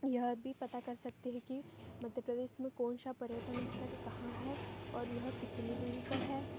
यह भी पता कर सकते हैं कि मध्य प्रदेश में कौनसा पर्यटन स्थल कहाँ है और यह कितनी दूरी पर है